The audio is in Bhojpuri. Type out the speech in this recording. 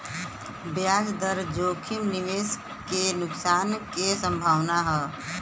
ब्याज दर जोखिम निवेश क नुकसान क संभावना हौ